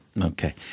Okay